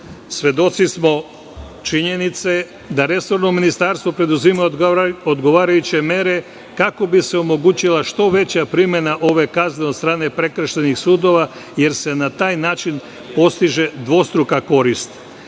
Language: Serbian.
dela. Svedoci smo činjenice da resorno ministarstvo preduzima odgovarajuće mere, kako bi se omogućila što veća primena ove kazne, od strane prekršajnih sudova, jer se na taj način postiže dvostruka korist.